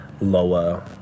lower